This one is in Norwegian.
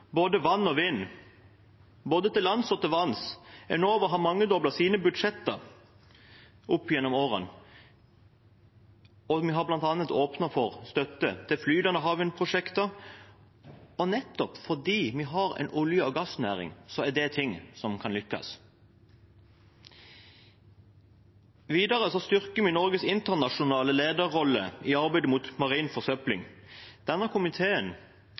både vann og vind – både til lands og til vanns. Enova har mangedoblet sine budsjetter opp gjennom årene, og vi har bl.a. åpnet for støtte til flytende havvindprosjekter. Og nettopp fordi vi har en olje- og gassnæring, er det noe som kan lykkes. Videre styrker vi Norges internasjonale lederrolle i arbeidet mot marin forsøpling. Denne komiteen